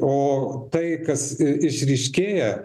o tai kas išryškėja